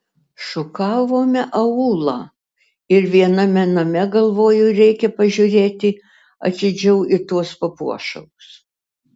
šukavome aūlą ir viename name galvoju reikia pažiūrėti atidžiau į tuos papuošalus